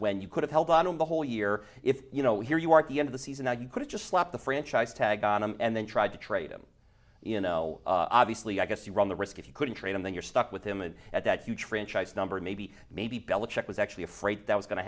when you could have held out on the whole year if you know here you are at the end of the season and you could just slap the franchise tag on him and then tried to trade him in no obviously i guess you run the risk if you couldn't trade and then you're stuck with him and at that huge franchise number maybe maybe belichick was actually afraid that was going to